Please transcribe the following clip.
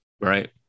right